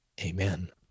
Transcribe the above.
Amen